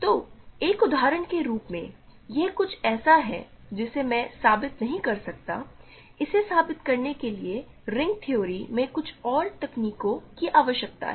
तो एक उदाहरण के रूप में यह कुछ ऐसा है जिसे मैं साबित नहीं कर सकता इसे साबित करने के लिए रिंग थ्योरी में कुछ और तकनीकों की आवश्यकता है